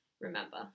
remember